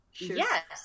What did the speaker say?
Yes